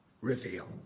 reveal